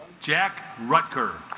jack rutger